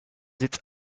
its